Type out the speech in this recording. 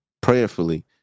prayerfully